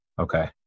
Okay